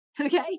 Okay